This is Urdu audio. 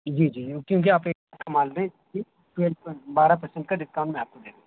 جی جی کیونکہ آپ ایک بارہ پرسنٹ کا ڈسکاؤنٹ میں آپ کو دے دوں گا